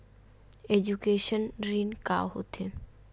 Education ऋण का होथे?